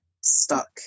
stuck